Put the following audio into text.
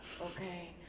okay